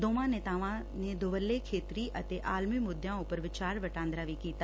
ਦੋਵੇਂ ਨੇਤਾਵਾਂ ਨੇ ਦੁੱਵਲੇ ਖੇਤਰੀ ਅਤੇ ਆਲਮੀ ਮੁੱਦਿਆਂ ਉਪਰ ਵਿਚਾਰ ਵਟਾਂਦਰਾ ਵੀ ਕੀਤਾ